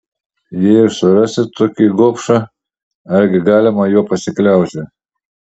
jei ir surasi tokį gobšą argi galima juo pasikliauti